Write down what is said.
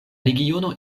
regiono